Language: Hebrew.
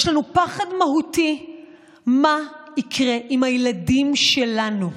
יש לנו פחד מהותי מה יקרה עם הילדים שלנו.